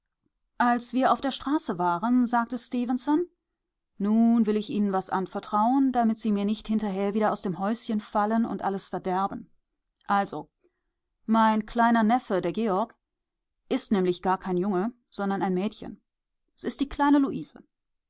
als wir auf der straße waren sagte stefenson nun will ich ihnen was anvertrauen damit sie mir nicht hinterher wieder aus dem häuschen fallen und alles verderben also mein kleiner neffe der georg ist nämlich gar kein junge sondern ein mädchen er ist die kleine luise